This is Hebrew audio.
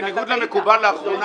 בניגוד למקובל לאחרונה,